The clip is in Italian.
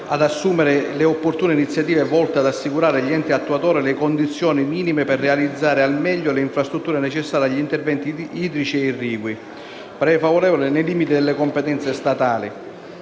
«Ad assumere le opportune inizia-_ tive, volte ad assicurare agli enti attuatori, le condizioni minime per realizzare al meglio le infrastrutture necessarie agli interventi idrici e irrigui». Su questo punto il parere è favorevole «nei limiti delle competenze statali».